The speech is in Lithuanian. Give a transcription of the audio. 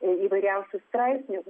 įvairiausių straipsnių